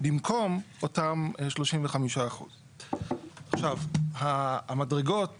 במקום אותם 35%. עכשיו, המדרגות